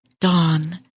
dawn